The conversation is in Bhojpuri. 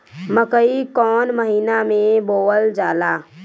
मकई कौन महीना मे बोअल जाला?